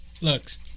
Looks